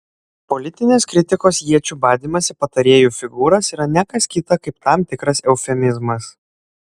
politinės kritikos iečių badymas į patarėjų figūras yra ne kas kita kaip tam tikras eufemizmas